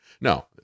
No